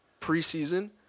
preseason